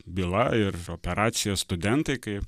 byla ir operacija studentai kai